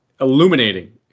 illuminating